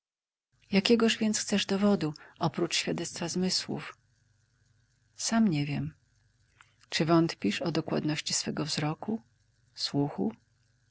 jakiegoż więc chcesz dowodu oprócz świadectwa zmysłów sam nie wiem czy wątpisz o dokładności swego wzroku słuchu